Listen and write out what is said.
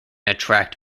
attract